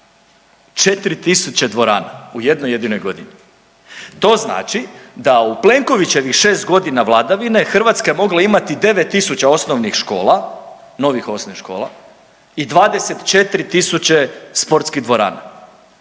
tisuće dvorana u jednoj jedinoj godini. To znači da u Plenkovićevih 6 godina vladavine Hrvatska je mogla imati 9 tisuća osnovnih škola, novih osnovnih škola i 24 tisuće sportskih dvorana